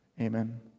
Amen